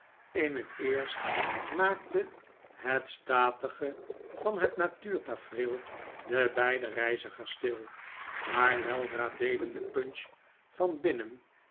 in het eerst maakte het statige een vertrouwelijk gesprek van het natuurtafereel de beide reizigers stil maar weldra deden de punch van binnen